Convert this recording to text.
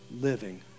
living